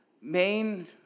main